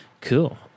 Cool